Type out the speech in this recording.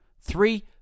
Three